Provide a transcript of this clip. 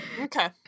Okay